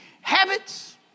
habits